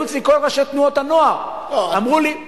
היו אצלי כל ראשי תנועות הנוער ואמרו לי,